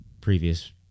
previous